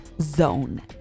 .zone